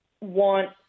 want